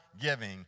giving